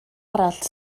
arall